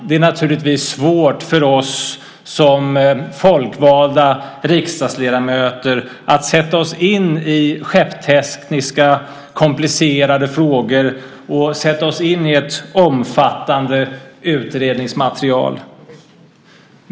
Det är naturligtvis svårt för oss som folkvalda riksdagsledamöter att sätta oss in i komplicerade skeppstekniska frågor och ett omfattande utredningsmaterial.